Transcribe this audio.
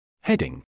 Heading